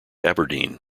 aberdeen